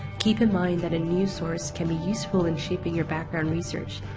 keep in mind that a news source can be useful in shaping your background research,